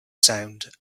sound